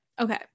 Okay